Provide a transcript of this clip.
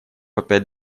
опять